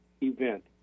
event